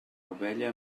ovella